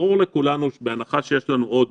ברור לכולנו, ובהנחה, ונקווה, שיש לנו עוד